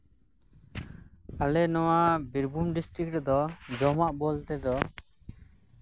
ᱟᱞᱮ ᱱᱚᱣᱟ ᱵᱤᱨᱵᱷᱩᱢ ᱰᱤᱥᱴᱤᱠ ᱨᱮᱫᱚ ᱡᱚᱢᱟᱜ ᱵᱚᱞᱛᱮ ᱫᱚ